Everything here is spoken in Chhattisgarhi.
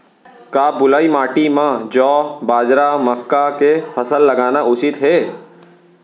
का बलुई माटी म जौ, बाजरा, मक्का के फसल लगाना उचित हे?